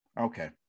okay